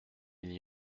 n’y